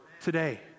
Today